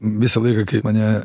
visą laiką kai mane